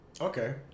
okay